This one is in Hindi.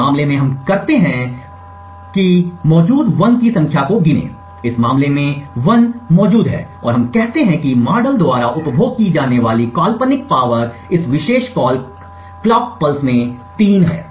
इस मामले में हम क्या करते हैं बस मौजूद 1s की संख्या को गिनें इस मामले में तीन 1 s मौजूद हैं और हम कहते हैं कि मॉडल द्वारा उपभोग की जाने वाली काल्पनिक शक्ति इस विशेष क्लॉक पल्स में 3 है